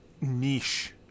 niche